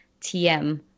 TM